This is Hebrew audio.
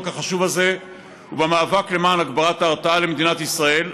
החשוב הזה ובמאבק למען הגברת ההרתעה למדינת ישראל,